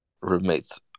roommate's